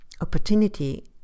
opportunity